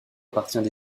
appartient